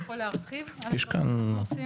יכול להרחיב על הנושאים.